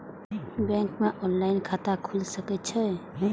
Bank में online खाता खुल सके छे?